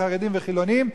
חרדים וחילונים.